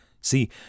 See